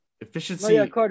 Efficiency